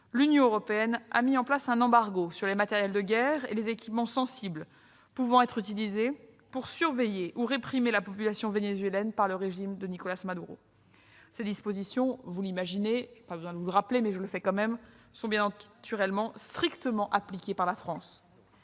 l'Union européenne a mis en place un embargo sur les matériels de guerre et les équipements sensibles pouvant être utilisés pour la surveillance et la répression de la population vénézuélienne par le régime de Nicolás Maduro. Ces dispositions, vous l'imaginez- il n'est pas besoin de vous le rappeler, mais je le fais quand même -, sont bien sûr strictement appliquées par la France.